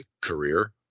career